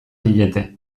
diete